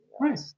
right